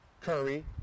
Curry